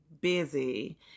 busy